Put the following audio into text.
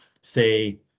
say